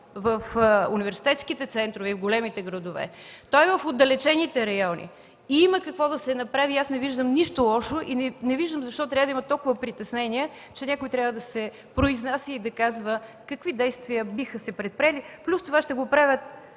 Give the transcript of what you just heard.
в университетските центрове и в големите градове. Той е в отдалечените райони. И има какво да се направи. И аз не виждам нищо лошо, и не виждам защо трябва да има толкова притеснения, че някой трябва да се произнася и да казва какви действия биха се предприели. Плюс това ще го правят